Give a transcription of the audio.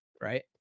Right